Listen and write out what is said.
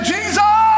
Jesus